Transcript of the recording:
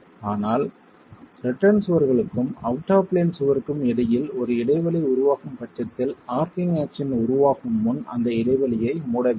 ஆனால் ரிட்டர்ன் சுவர்களுக்கும் out of plane சுவருக்கும் இடையில் ஒரு இடைவெளி உருவாகும் பட்சத்தில் ஆர்ச்சிங் ஆக்சன் உருவாகும் முன் அந்த இடைவெளியை மூட வேண்டும்